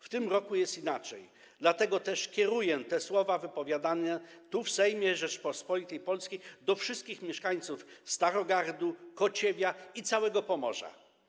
W tym roku jest inaczej, dlatego też kieruję te słowa wypowiadane tu, w Sejmie Rzeczypospolitej Polskiej, do wszystkich mieszkańców Starogardu, Kociewia i całego Pomorza.